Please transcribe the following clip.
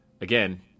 again